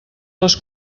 les